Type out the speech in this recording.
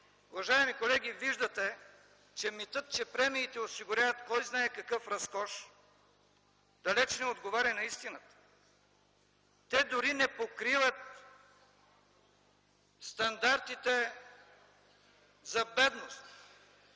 Уважаеми колеги, виждате, че митът, че премиите осигуряват кой знае какъв разкош, далеч не отговаря на истината. Те дори не покриват стандартите за бедност.